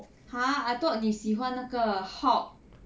!huh! I thought 你喜欢那个 hulk